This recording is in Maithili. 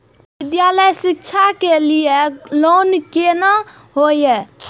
विद्यालय शिक्षा के लिय लोन केना होय ये?